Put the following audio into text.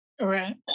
Right